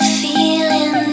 feeling